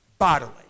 bodily